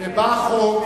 ובא החוק,